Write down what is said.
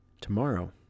tomorrow